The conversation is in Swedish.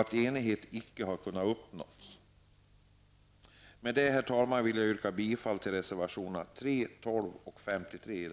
att enighet inte har kunnat uppnås. Herr talman! Med det anförda yrkar jag bifall till reservationerna 3, 12 och 53.